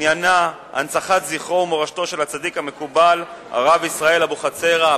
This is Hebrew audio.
שעניינה הנצחת זכרו ומורשתו של הצדיק המקובל הרב ישראל אבוחצירא,